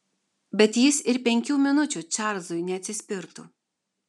bet jis ir penkių minučių čarlzui neatsispirtų